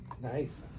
Nice